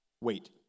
Wait